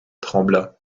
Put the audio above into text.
trembla